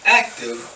active